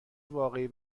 واقعی